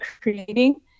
creating